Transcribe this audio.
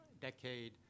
decade